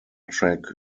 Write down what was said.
trek